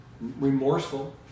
remorseful